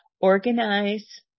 organize